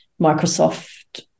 Microsoft